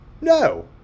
no